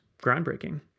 groundbreaking